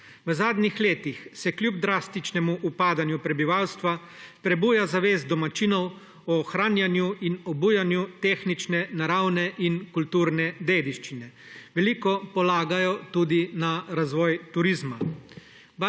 V zadnjih letih se kljub drastičnemu upadanju prebivalstva prebuja zavest domačinov o ohranjanju in obujanju tehnične, naravne in kulturne dediščine. Veliko polagajo tudi na razvoj turizma,